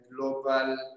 global